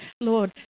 Lord